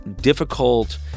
difficult